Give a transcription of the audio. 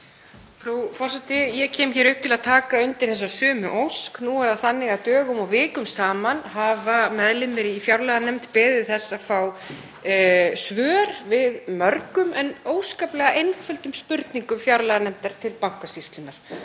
Frú forseti. Ég kem hér upp til að taka undir þessa sömu ósk. Dögum og vikum saman hafa meðlimir í fjárlaganefnd beðið þess að fá svör við mörgum en óskaplega einföldum spurningum fjárlaganefndar til Bankasýslunnar.